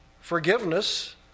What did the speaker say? forgiveness